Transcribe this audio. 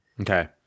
Okay